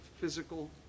physical